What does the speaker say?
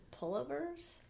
pullovers